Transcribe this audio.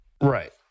Right